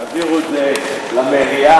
תעבירו את זה למליאה,